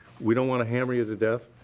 we don't want to hammer you to death.